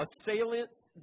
Assailants